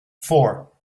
four